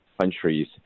countries